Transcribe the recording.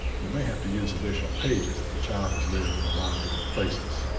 you may have to use additional pages if the child has lived in a lot of different places.